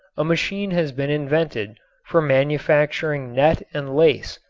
a machine has been invented for manufacturing net and lace,